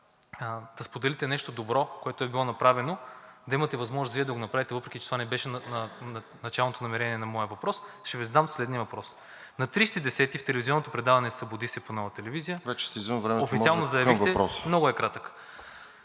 да споделите нещо добро, което е било направено, да имате възможност Вие да го направите, въпреки че това не беше началното намерение на моя въпрос, ще Ви задам следния въпрос: на 30 октомври в телевизионното предаване „Събуди се“ по Нова телевизия официално заявихте,…